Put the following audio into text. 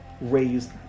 raised